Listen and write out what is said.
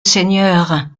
seigneur